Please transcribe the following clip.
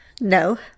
no